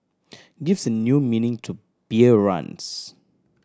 gives a new meaning to beer runs